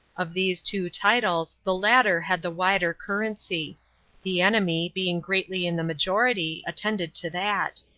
of these two titles, the latter had the wider currency the enemy, being greatly in the majority, attended to that.